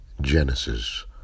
Genesis